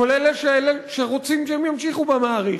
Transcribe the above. כולל אלה שרוצים שהם ימשיכו במערכת,